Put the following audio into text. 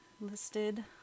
listed